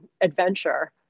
adventure